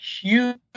huge